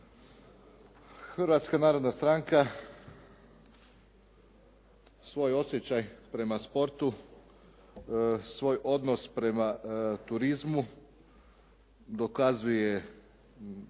Hrvatska narodna stranka svoj osjećaj prema sportu, svoj odnos prema turizmu dokazuje